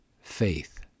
Faith